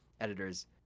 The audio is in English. editor's